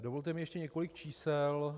Dovolte mi ještě několik čísel.